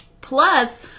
Plus